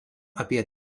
apie